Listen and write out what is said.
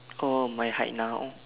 oh my height now